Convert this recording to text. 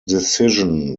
decision